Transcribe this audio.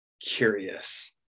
curious